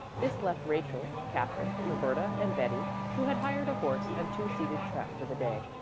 this left rachel, katherine, roberta and betty, who had hired a horse and two-seated trap for the day,